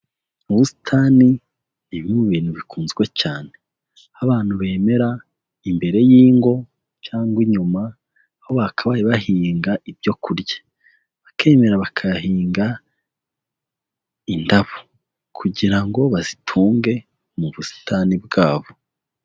Ubusitani ni bimwe mu bintu bikunzwe cyane. Aho abantu bemera imbere y'ingo cyangwa inyuma, aho bakabaye bahinga ibyo kurya bakemera bakahahinga indabo kugira ngo bazitunge mu busitani bwabo.